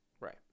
Right